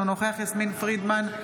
אינו נוכח יסמין פרידמן,